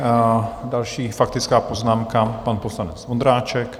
Další faktická poznámka, pan poslanec Vondráček.